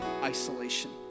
isolation